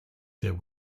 there